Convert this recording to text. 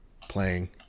playing